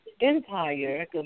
Empire